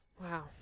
wow